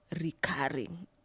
recurring